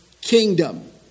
Kingdom